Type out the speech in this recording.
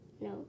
No